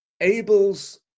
Abel's